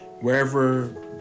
wherever